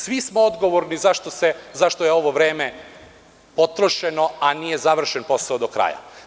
Svi smo odgovorni zašto je ovo vreme potrošeno, a nije završen posao do kraja.